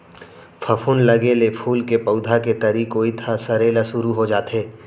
फफूंद लगे ले फूल के पउधा के तरी कोइत ह सरे ल सुरू हो जाथे